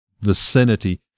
vicinity